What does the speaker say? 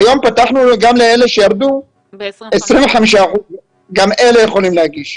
היום פתחנו גם לאלה שירדו ב-25 אחוזים וגם הם יכולים להגיש.